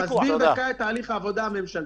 אסביר את תהליך העבודה הממשלתי.